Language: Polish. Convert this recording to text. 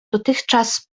dotychczas